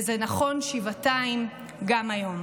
וזה נכון שבעתיים גם היום.